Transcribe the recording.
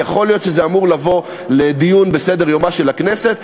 יכול להיות שזה אמור לבוא לדיון בסדר-יומה של הכנסת.